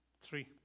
Three